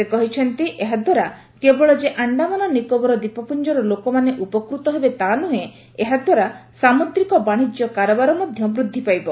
ସେ କହିଚ୍ଚନ୍ତି ଏହା ଦ୍ୱାରା କେବଳ ଯେ ଆଶ୍ଡାମାନ ନିକୋବର ଦ୍ୱୀପପୁଞ୍ଚର ଲୋକମାନେ ଉପକୂତ ହେବେ ତା'ନୁହେଁ ଏହା ଦ୍ୱାରା ସାମୁଦ୍ରିକ ବାଣିଜ୍ୟ କାରବାର ମଧ୍ୟ ବୃଦ୍ଧି ପାଇବ